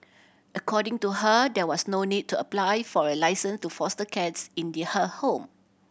according to her there was no need to apply for a licence to foster cats in they her home